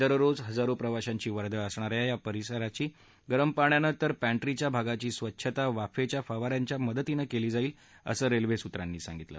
दररोज हजारो प्रवाशांची वर्दळ असणा या परिसराची गरम पाण्याने तर पॅन्ट्रीच्या भागाची स्वच्छता वाफेच्या फवा यांच्या मदतीनं करण्यात येईल असं रेल्वे सूत्रांनी सांगितलं